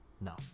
No